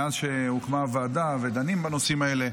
מאז הוקמה הוועדה ודנים בנושאים האלה,